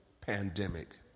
pandemic